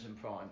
Prime